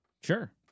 Sure